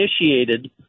initiated